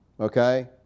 Okay